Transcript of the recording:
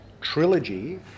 trilogy